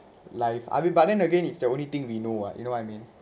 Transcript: life I mean but then again it's the only thing we know [what] you know what I mean